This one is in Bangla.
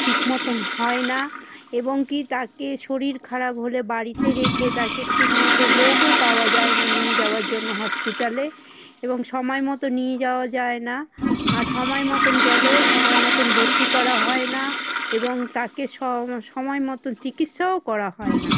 ঠিক মতন হয় না এবং কি তাকে শরীর খারাপ হলে বাড়িতে রেখে তাকে ঠিক মতো লোকও পাওয়া যায় না নিয়ে যাওয়ার জন্য হসপিটালে এবং সময় মতো নিয়ে যাওয়া যায় না আর সময় মতন গেলেও সময় মতন ভর্তি করা হয় না এবং তাকে সময় মতো চিকিৎসাও করা হয় না